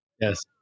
yes